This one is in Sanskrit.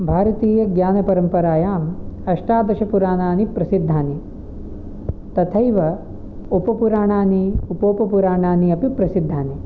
भारतीयज्ञानपरम्परायाम् अष्टादशपुराणानि प्रसिद्धानि तथैव उपपुराणानि उपोपपुराणानि अपि प्रसिद्धानि